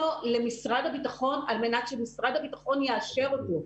למשרד הביטחון על מנת שמשרד הביטחון יאשר אותו.